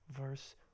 verse